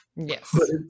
Yes